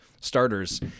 starters